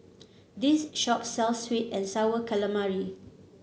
this shop sells sweet and sour calamari